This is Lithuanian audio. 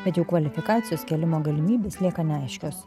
bet jų kvalifikacijos kėlimo galimybės lieka neaiškios